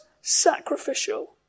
sacrificial